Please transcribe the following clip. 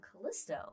Callisto